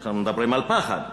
אנחנו מדברים על פחד,